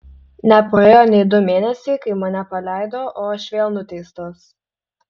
nepraėjo nei du mėnesiai kai mane paleido o aš vėl nuteistas